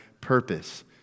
purpose